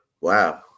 Wow